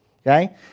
okay